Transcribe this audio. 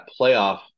playoff